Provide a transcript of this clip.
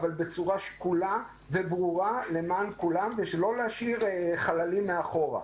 אבל בצורה שקולה וברורה למען כולם ולא להשאיר חללים מאחורה.